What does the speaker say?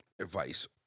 advice